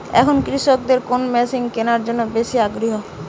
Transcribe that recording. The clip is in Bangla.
এখন কৃষকদের কোন মেশিন কেনার জন্য বেশি আগ্রহী?